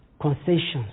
concessions